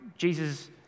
Jesus